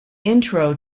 intro